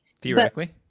Theoretically